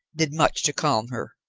did much to calm her.